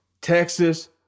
Texas